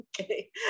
Okay